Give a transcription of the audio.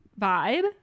vibe